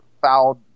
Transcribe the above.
fouled